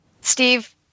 Steve